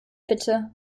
bitte